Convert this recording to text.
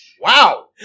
Wow